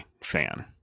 fan